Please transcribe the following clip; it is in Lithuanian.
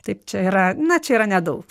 taip čia yra na čia yra nedaug